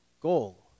goal